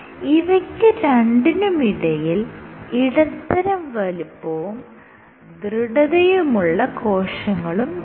ഇവയ്ക്ക് രണ്ടിനും ഇടയിൽ ഇടത്തരം വലുപ്പവും ദൃഢതയുമുള്ള കോശങ്ങളും ഉണ്ട്